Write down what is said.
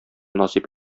насыйп